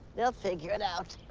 they'll figure it out.